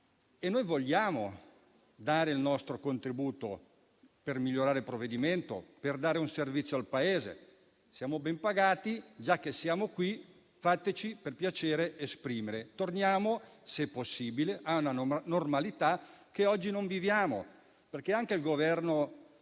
Noi vogliamo dare il nostro contributo per migliorare il provvedimento e per dare un servizio al Paese. Siamo ben pagati: già che siamo qui, fateci, per piacere, esprimere. Torniamo, se possibile, a una normalità che oggi non viviamo. Infatti anche nel Governo